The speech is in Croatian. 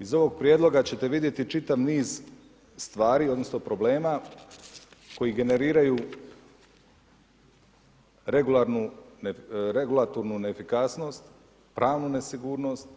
Iz ovog prijedloga ćete vidjeti čitav niz stvari odnosno problema koji generiraju regulatornu neefikasnost, pravu nesigurnost,